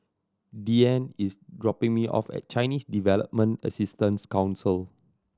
Deeann is dropping me off at Chinese Development Assistance Council